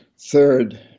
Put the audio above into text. third